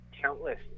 countless